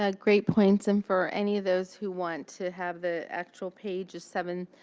ah great points. and for any of those who want to have the actual page is seven.